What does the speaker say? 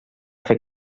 fer